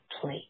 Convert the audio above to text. plate